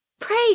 Pray